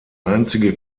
einzige